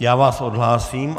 Já vás odhlásím.